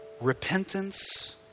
repentance